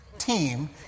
Team